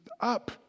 up